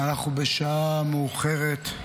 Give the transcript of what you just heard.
אנחנו בשעה מאוחרת,